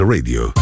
Radio